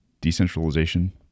Decentralization